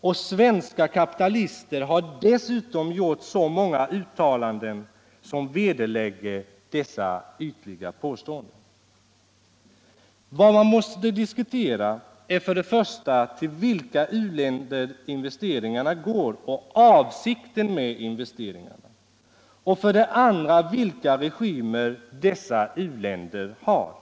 och svenska kapitalister har dessutom gjort så många uttalanden som vederlägger dessa ytliga påståenden. Vad man måste diskutera är för det första till vilka u-länder investeringarna går och avsikten med investeringarna, för det andra vilka regimer dessa u-länder har.